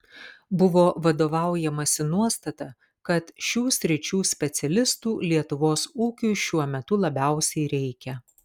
buvo vadovaujamasi nuostata kad šių sričių specialistų lietuvos ūkiui šiuo metu labiausiai reikia